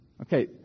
okay